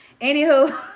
Anywho